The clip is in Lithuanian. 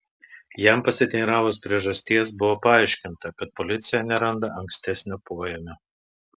jam pasiteiravus priežasties buvo paaiškinta kad policija neranda ankstesnio poėmio